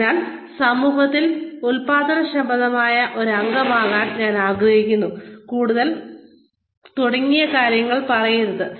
അതിനാൽ സമൂഹത്തിൽ ഉൽപ്പാദനക്ഷമമായ ഒരു അംഗമാകാൻ ഞാൻ ആഗ്രഹിക്കുന്നു തുടങ്ങിയ കാര്യങ്ങൾ പറയരുത്